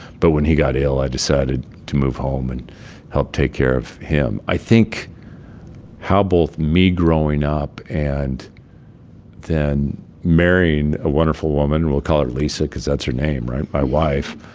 but when he got ill, i decided to move home and help take care of him i think how both me growing up and then marrying a wonderful woman we'll call her lisa because that's her name right? my wife.